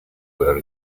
were